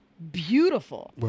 beautiful